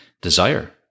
desire